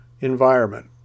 environment